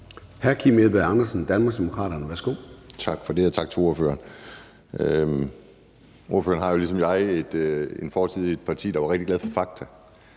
18:03 Kim Edberg Andersen (DD): Tak for det, og tak til ordføreren. Ordføreren har jo ligesom jeg en fortid i et parti, der var rigtig glad for fakta.